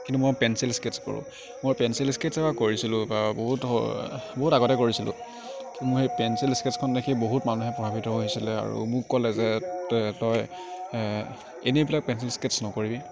কিন্তু মই pencil sketches কৰোঁ মই পেঞ্চিল স্কেটছ কৰিছিলোঁ বা বহুত বহুত আগতে কৰিছিলোঁ মোৰ এই পেঞ্চিল স্কেটছখন দেখি বহুত মানুহে প্ৰভাৱিত হৈছিলে আৰু মোক ক'লে যে তই এনেই এইবিলাক পেঞ্চিল স্কেটছ নকৰিবি